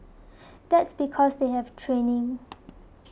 that's because they have training